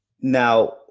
Now